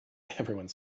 everyone